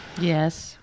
Yes